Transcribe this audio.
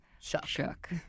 shook